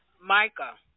Micah